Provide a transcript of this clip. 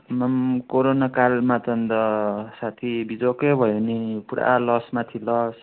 आम्ममाम corona कालमा त अन्त साथी बिजोकै भयो नि पुरा लस माथि लस